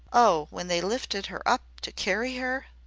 oh, when they lifted her up to carry her!